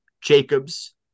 Jacobs